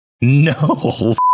No